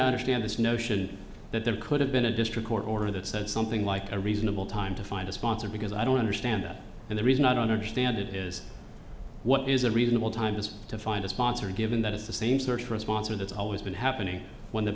understand this notion that there could have been a district court order that said something like a reasonable time to find a sponsor because i don't understand that and the reason i don't understand it is what is a reasonable time is to find a sponsor given that it's the same search for a sponsor that's always been happening when the